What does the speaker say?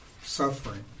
suffering